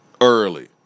early